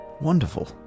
wonderful